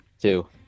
Two